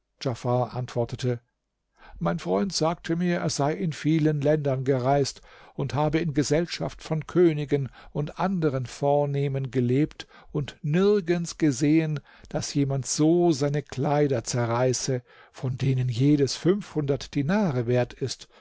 antwortete mein freund sagt mir er sei in vielen ländern gereist und habe in gesellschaft von königen und anderen vornehmen gelebt und nirgends gesehen daß jemand so seine kleider zerreiße von denen jedes fünfhundert dinare wert ist